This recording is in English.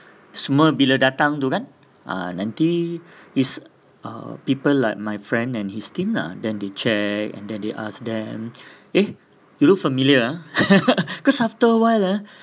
semua bila datang tu kan ah nanti is uh people like my friend and his team lah then they check and then they ask them eh you look familiar ah because after a while ah